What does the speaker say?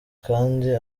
kandi